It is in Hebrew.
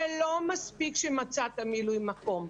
זה לא מספיק שמצאת מילוי מקום.